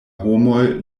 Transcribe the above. homoj